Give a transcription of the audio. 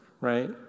right